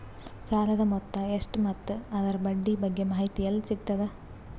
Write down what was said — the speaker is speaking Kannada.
ಸಾಲದ ಮೊತ್ತ ಎಷ್ಟ ಮತ್ತು ಅದರ ಬಡ್ಡಿ ಬಗ್ಗೆ ಮಾಹಿತಿ ಎಲ್ಲ ಸಿಗತದ?